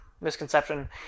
misconception